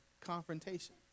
confrontation